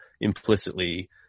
implicitly